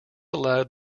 allowed